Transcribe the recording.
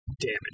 damage